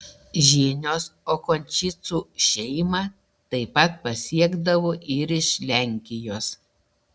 žinios okinčicų šeimą taip pat pasiekdavo ir iš lenkijos